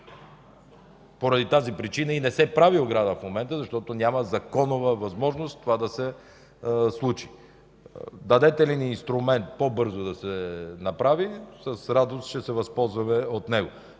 Поради тази причина и не се прави ограда в момента, защото няма законова възможност това да се случи. Дадете ли ни инструмент по-бързо да се направи, с радост ще се възползваме от него.